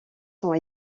sont